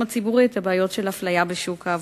הציבורי את הבעיות של אפליה בשוק העבודה.